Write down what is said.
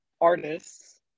artists